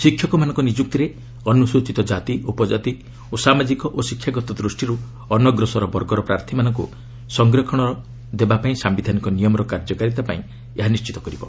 ଶିକ୍ଷକମାନଙ୍କ ନିଯୁକ୍ତିରେ ଅନ୍ରସ୍ଚିତ କାତି ଉପକାତି ଓ ସାମାଜିକ ଓ ଶିକ୍ଷାଗତ ଦୃଷ୍ଟିର୍ ଅନଗ୍ରସର ବର୍ଗର ପ୍ରାର୍ଥୀମାନଙ୍କୁ ସଂରକ୍ଷଣ ଦେବା ପାଇଁ ସାୟିଧାନିକ ନିୟମର କାର୍ଯ୍ୟକାରିତାକୁ ଏହା ନିଶ୍ଚିତ କରିବ